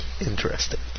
interesting